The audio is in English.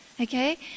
Okay